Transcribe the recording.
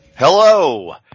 Hello